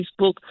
Facebook